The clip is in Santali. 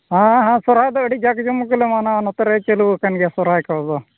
ᱦᱮᱸ ᱦᱮᱸ ᱥᱚᱨᱦᱚᱨᱟᱭ ᱫᱚ ᱟᱹᱰᱤ ᱡᱟᱠᱼᱡᱚᱢᱚᱠ ᱜᱮᱞᱮ ᱢᱟᱱᱟᱣᱟ ᱱᱚᱛᱮᱨᱮ ᱪᱟᱹᱞᱩᱣᱟᱠᱟᱱ ᱜᱮᱭᱟ ᱥᱚᱦᱚᱨᱟᱭ ᱠᱚ